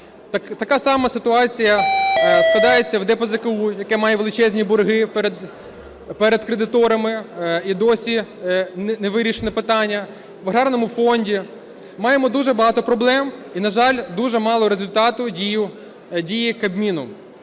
Така сама ситуація складається в ДПЗКУ, яке має величезні борги перед кредиторами, і досі не вирішено питання, в аграрному фонді. Ми маємо дуже багато проблем і, на жаль, дуже мало результатів дії Кабміну.